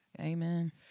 amen